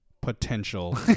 potential